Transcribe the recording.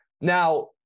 Now